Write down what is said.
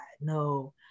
No